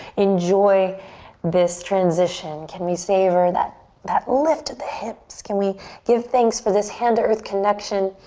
enjoy this transition. can we savor that that lift of the hips? can we give thanks for this hand to earth connection?